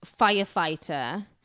firefighter